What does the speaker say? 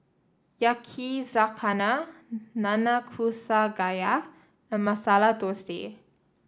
Yakizakana Nanakusa Gayu and Masala Dosa